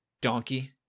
donkey